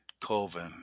Colvin